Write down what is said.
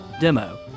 demo